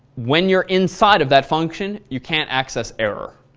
when you're inside of that function, you can't access error.